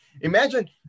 Imagine